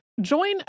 Join